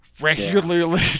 Regularly